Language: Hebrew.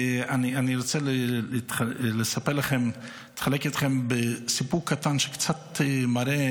אני רוצה לחלוק איתכם סיפור קטן שקצת מראה